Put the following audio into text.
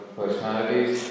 personalities